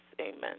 amen